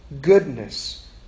goodness